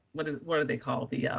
what is, what do they call the, yeah